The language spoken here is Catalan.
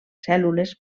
cèl·lules